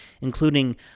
including